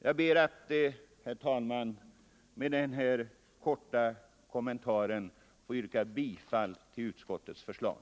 Jag ber, herr talman, att med denna korta kommentar få yrka bifall till utskottets förslag.